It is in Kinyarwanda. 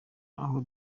aho